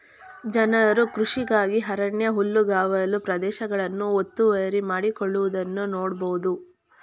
ಜನರು ಕೃಷಿಗಾಗಿ ಅರಣ್ಯ ಹುಲ್ಲುಗಾವಲು ಪ್ರದೇಶಗಳನ್ನು ಒತ್ತುವರಿ ಮಾಡಿಕೊಳ್ಳುವುದನ್ನು ನೋಡ್ಬೋದು